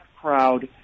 crowd